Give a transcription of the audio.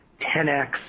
10x